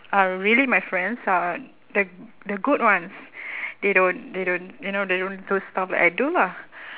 are really my friends are the the good ones they don't they don't you know they don't do stuff like I do lah